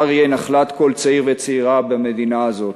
יהיה נחלת כל צעיר וצעירה במדינה הזאת.